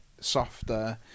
softer